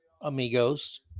amigos